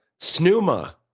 SNUMA